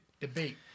Debate